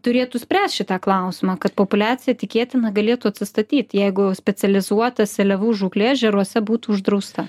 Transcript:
turėtų spręst šitą klausimą kad populiacija tikėtina galėtų atsistatyt jeigu specializuota seliavų žūklė ežeruose būtų uždrausta